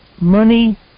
money